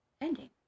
ending